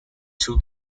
two